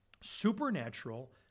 supernatural